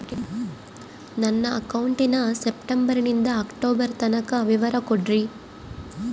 ನನ್ನ ಅಕೌಂಟಿನ ಸೆಪ್ಟೆಂಬರನಿಂದ ಅಕ್ಟೋಬರ್ ತನಕ ವಿವರ ಕೊಡ್ರಿ?